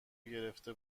گرفته